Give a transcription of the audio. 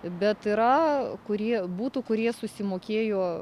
bet yra kurie butų kurie susimokėjo